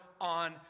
on